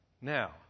Now